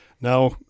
now